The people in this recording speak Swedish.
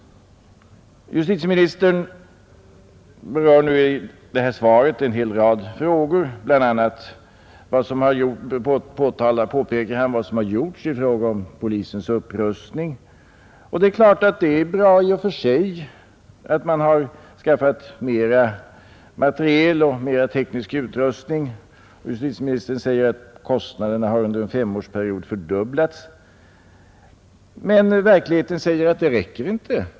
I interpellationssvaret berör justitieministern en hel rad frågor. Bl. a. erinrar han om vad som gjorts i fråga om polisens upprustning. Det är givetvis bra i och för sig att man har skaffat mer materiel och teknisk utrustning. Justitieministern säger att kostnaderna under en femårsperiod har fördubblats. Men verkligheten säger att det inte räcker.